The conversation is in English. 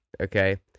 Okay